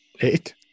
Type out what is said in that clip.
Eight